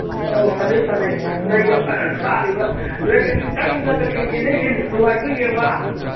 ꯑꯧ ꯐꯖꯩ ꯐꯖꯩ ꯑꯁ ꯂꯩꯒ ꯐꯖꯅ ꯁꯥꯠꯂꯤꯕ ꯂꯩ ꯑꯅꯤ ꯗꯪ ꯗꯪꯒ ꯊꯦꯡꯖꯟꯅꯩꯁꯦ ꯅꯨꯡꯉꯥꯏꯇ꯭ꯔꯣ ꯌꯦꯡꯕ